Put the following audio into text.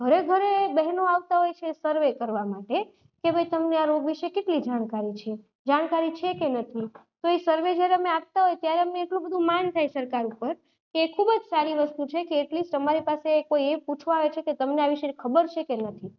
ઘરે ઘરે બહેનો આવતાં હોય છે સર્વે કરવા માટે કે ભાઈ તમને આ રોગ વિશે કેટલી જાણકારી છે જાણકારી છે કે નથી તો એ સર્વે જ્યારે અમે આપતા હોય ત્યારે અમને એટલું બધું માન થાય સરકાર ઉપર કે ખૂબ જ સારી વસ્તુ છે કે એટલીસ્ટ અમારી પાસે કોઈ એ પૂછવા આવે છે કે તમને આ વિશેની ખબર છે કે નથી